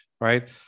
Right